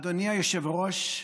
אדוני היושב-ראש,